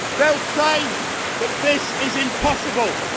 they'll say that this is impossible,